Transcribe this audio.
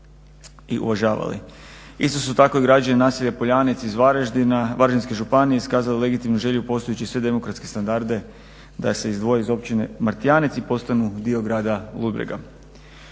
i uvažavali. Isto su tako građani naselja Poljanec iz Varaždina, Varaždinske županije iskazali legitimnu želju poštujući sve demokratske standarde da se izdvoji iz Općine Martijanec i postanu dio Grada Ludbrega.